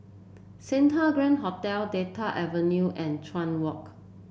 Santa Grand Hotel Delta Avenue and Chuan Walk